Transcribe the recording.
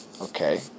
Okay